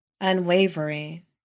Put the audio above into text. unwavering